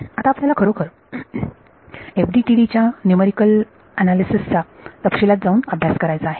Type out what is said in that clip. आता आपल्याला खरोखर FDTD च्या न्यूमरिकल अनालिसिस चा तपशीलात जाऊन अभ्यास करायचा आहे